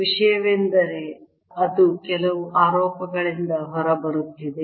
ವಿಷಯವೆಂದರೆ ಅದು ಕೆಲವು ಆರೋಪಗಳಿಂದ ಹೊರಬರುತ್ತಿದೆ